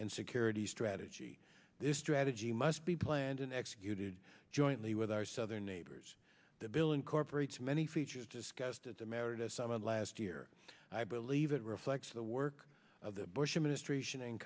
and security strategy this strategy must be planned and executed jointly with our southern neighbors the bill incorporates many features discussed at the america summit last year i believe it reflects the work of the bush administration in